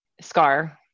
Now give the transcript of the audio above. Scar